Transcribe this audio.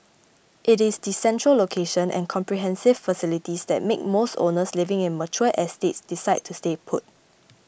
it is the central location and comprehensive facilities that make most owners living in mature estates decide to stay put